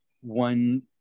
one